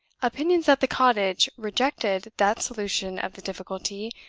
opinions at the cottage rejected that solution of the difficulty,